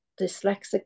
dyslexic